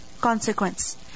consequence